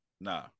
nah